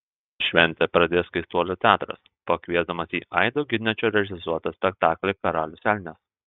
šventę pradės keistuolių teatras pakviesdamas į aido giniočio režisuotą spektaklį karalius elnias